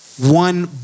one